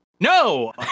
No